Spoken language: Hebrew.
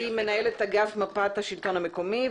מנהלת אגף מפת השלטון המקומי.